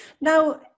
now